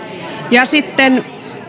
sitten